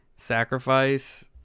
sacrifice